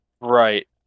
Right